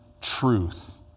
truth